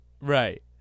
Right